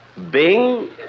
Bing